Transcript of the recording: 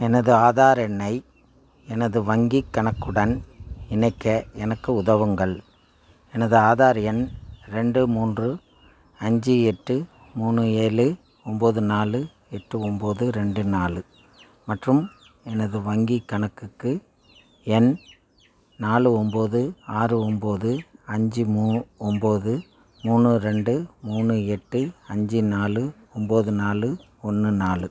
எனது ஆதார் எண்ணை எனது வங்கிக் கணக்குடன் இணைக்க எனக்கு உதவுங்கள் எனது ஆதார் எண் ரெண்டு மூன்று அஞ்சு எட்டு மூணு ஏழு ஒம்பது நாலு எட்டு ஒம்பது ரெண்டு நாலு மற்றும் எனது வங்கிக் கணக்குக்கு எண் நாலு ஒம்பது ஆறு ஒம்பது அஞ்சு மூ ஒம்பது மூணு ரெண்டு மூணு எட்டு அஞ்சு நாலு ஒம்பது நாலு ஒன்று நாலு